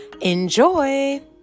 enjoy